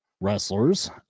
wrestlers